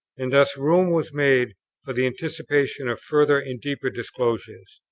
and thus room was made for the anticipation of further and deeper disclosures,